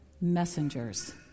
messengers